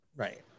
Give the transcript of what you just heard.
Right